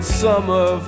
summer